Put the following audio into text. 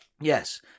Yes